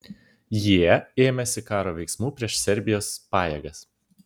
jie ėmėsi karo veiksmų prieš serbijos pajėgas